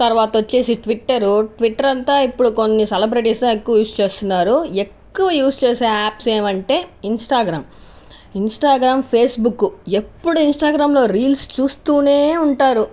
తర్వాత వచ్చేసి Twitter Twitter అంతా ఇప్పుడు కొన్ని సెలబ్రిటీస్ ఎక్కువ యూస్ చేస్తున్నారు ఎక్కువ యూస్ చేసే ఆప్స్ ఏమంటే ఇంస్టాగ్రామ్ ఇంస్టాగ్రామ్ ఫేస్బుక్ ఎప్పుడు ఇన్స్టాగ్రామ్స్లో రీల్స్ చూస్తూనే ఉంటారు